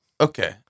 Okay